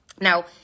Now